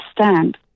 understand